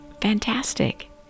fantastic